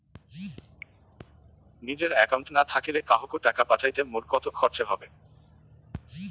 নিজের একাউন্ট না থাকিলে কাহকো টাকা পাঠাইতে মোর কতো খরচা হবে?